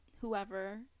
whoever